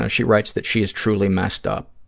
ah she writes that she is truly messed up.